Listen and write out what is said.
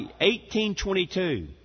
1822